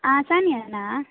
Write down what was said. ಆಂ ಸಾನಿಯನಾ